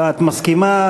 את מסכימה?